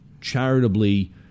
charitably